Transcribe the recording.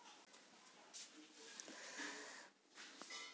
సామాజిక రంగ పథకాల వల్ల సమాజానికి ఎటువంటి ప్రయోజనాలు కలుగుతాయి?